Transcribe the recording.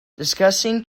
discussing